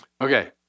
Okay